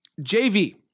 JV